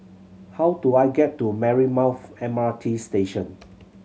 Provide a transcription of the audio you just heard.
how do I get to Marymounth M R T Station